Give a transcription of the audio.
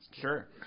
Sure